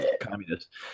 communist